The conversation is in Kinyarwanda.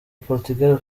portugal